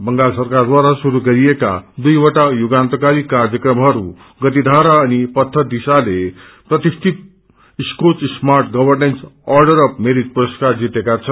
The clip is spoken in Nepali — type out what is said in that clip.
बंगाल सरकारद्वारा शुरू गरिएको दुइवटा युगान्तकारी कार्यक्रमहरू गतिधारा अनि पथदिशाले प्रतिष्ठित Skoch smart governance order of merit पुरस्कार जितेका छन्